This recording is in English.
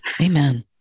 Amen